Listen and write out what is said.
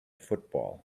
football